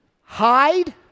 Hide